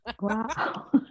Wow